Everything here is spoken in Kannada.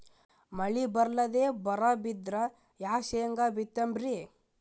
ಮಳಿ ಬರ್ಲಾದೆ ಬರಾ ಬಿದ್ರ ಯಾ ಶೇಂಗಾ ಬಿತ್ತಮ್ರೀ?